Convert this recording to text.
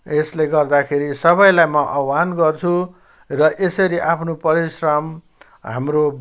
यसले गर्दाखेरि सबैलाई म आह्वान गर्छु र यसरी आफ्नो परिश्रम हाम्रो